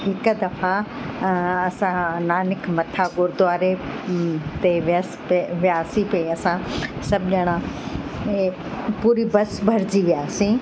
हिकु दफ़ा असां नानक मथा गुरुद्वारे ते वियसि पिए वियासीं पिए असां सभु ॼणा ऐं पूरी बस भरिजी वियासीं